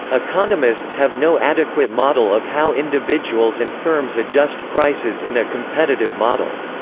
economists have no adequate model of how individuals and firms adjust prices in a competitive model.